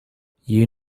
you